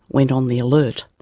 went on the alert.